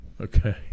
Okay